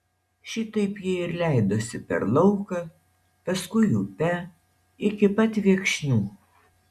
šitaip jie ir leidosi per lauką paskui upe iki pat viekšnių